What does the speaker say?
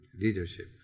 leadership